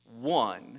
one